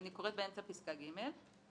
אני קוראת באמצע פיסקה (ג)